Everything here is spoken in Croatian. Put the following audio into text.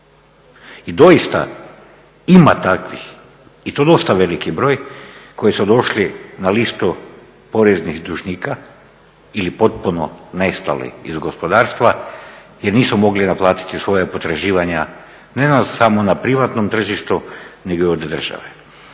I doista ima takvih i to dosta veliki broj koji su došli na listu poreznih dužnika ili potpuno nestali iz gospodarstva jer nisu mogli naplatiti svoja potraživanja ne samo na privatnom tržištu nego i od države.